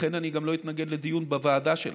לכן אני גם לא אתנגד לדיון בוועדה שלך,